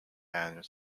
and